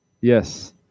Yes